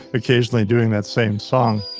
occasionally doing that same song.